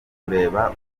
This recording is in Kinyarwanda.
kureba